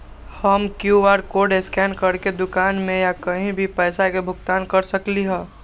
हम QR code scan करके दुकान में या कहीं भी पैसा के भुगतान कर सकली ह?